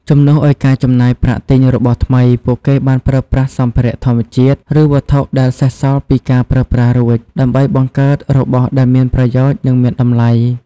ជំនួសឲ្យការចំណាយប្រាក់ទិញរបស់ថ្មី ពួកគេបានប្រើប្រាស់សម្ភារៈធម្មជាតិ ឬវត្ថុដែលសេសសល់ពីការប្រើប្រាស់រួច ដើម្បីបង្កើតរបស់ដែលមានប្រយោជន៍ និងមានតម្លៃ។